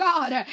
God